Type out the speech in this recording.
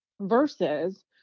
versus